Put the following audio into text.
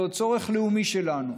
זה עוד צורך לאומי שלנו,